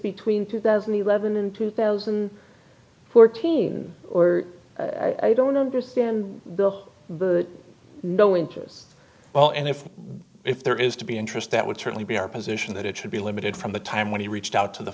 between two thousand and eleven and two thousand and fourteen or i don't understand bill no interest well and if if there is to be interest that would certainly be our position that it should be limited from the time when he reached out to the